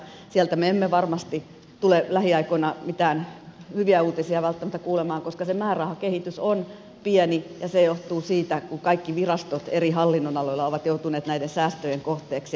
sieltä me emme varmasti tule lähiaikoina mitään hyviä uutisia välttämättä kuulemaan koska se määrärahakehitys on pieni ja se johtuu siitä että kaikki virastot eri hallinnonaloilla ovat joutuneet näiden säästöjen kohteeksi